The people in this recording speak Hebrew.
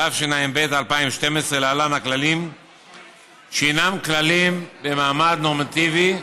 התשע"ב 2012, שהם כללים במעמד נורמטיבי.